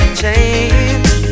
change